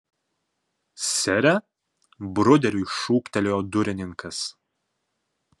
sere bruderiui šūktelėjo durininkas